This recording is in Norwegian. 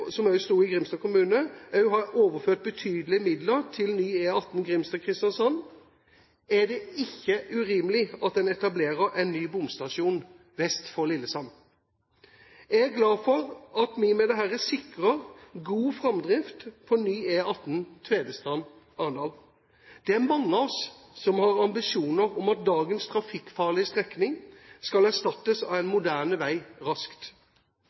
det ikke urimelig at en etablerer en ny bomstasjon vest for Lillesand. Jeg er glad for at vi med dette sikrer god framdrift for ny E18 Tvedestrand–Arendal. Det er mange av oss som har ambisjoner om at dagens trafikkfarlige strekning skal erstattes av en moderne vei raskt.